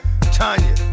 Tanya